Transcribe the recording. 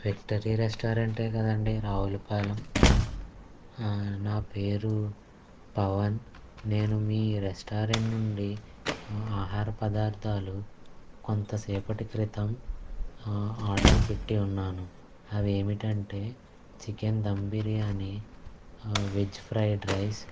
victory రెస్టారెంటే కదండి రావులపాలెం నా పేరు పవన్ నేను మీ రెస్టారెంట్ నుండి ఆహార పదార్థాలు కొంతసేపటి క్రితం ఆర్డర్ పెట్టి ఉన్నాను అవి ఏమిటంటే chicken dum biryani veg fried rice